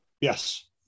Yes